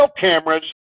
cameras